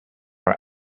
are